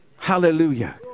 Hallelujah